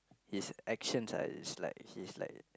his actions are he's like he's like